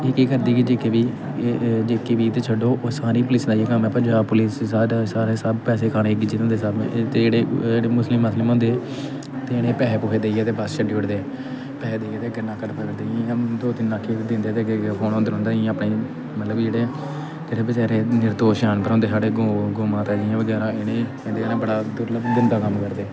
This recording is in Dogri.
एह् केह् करदे कि J K P J K P गी ते छड्डो ओह् सारी पुलीसें दा इ'यै कम्म ऐ पंजाब पुलीस च सारे दे सारे सब पैसे खाने गी गिज्झे दे होंदे सब ते एह् जेह्ड़े मुस्लिम मस्लिम होंदे ते इ'नें गी पैसे पूसे देइयै ते बस छड्डी ओड़दे पैसे देइयै ते अग्गें नाका टपाई ओड़दे इ'यां इ'यां दो तिन्न नाकें गी दिंदे ते अग्गें अग्गें ओह् फोन होंदे रौंह्दे इ'यां अपने मतलब कि जेह्ड़े जेह्ड़े बचैरे निर्दोश जानवर होंदे साढ़े गौ गौ माता जि'यां बगैरा इ'नें गी इं'दे कन्नै बड़ा दुर्लब गंदा कम्म करदे